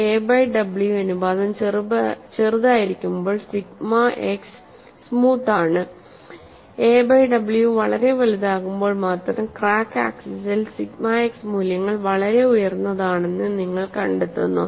a by w അനുപാതം ചെറുതായിരിക്കുമ്പോൾ sigma x smooth ആണ് എ ബൈ w വളരെ വലുതാകുമ്പോൾ മാത്രം ക്രാക്ക് ആക്സിസിൽ സിഗ്മ x മൂല്യങ്ങൾ വളരെ ഉയർന്നതാണെന്ന് നിങ്ങൾ കണ്ടെത്തുന്നു